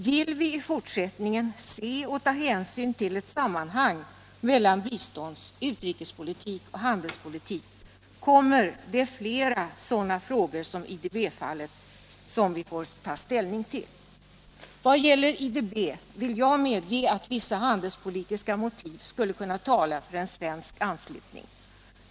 Vill vi i fortsättningen se och ta hänsyn till ett sammanhang mellan bistånds-, utrikesoch handelspolitiken kommer det flera sådana frågor som IDB fallet som vi får ta ställning till. Vad gäller IDB vill jag medge att vissa handelspolitiska motiv skulle kunna tala för en svensk anslutning.